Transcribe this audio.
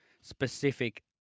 specific